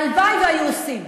הלוואי שהיו עושים,